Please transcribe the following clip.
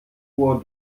uhr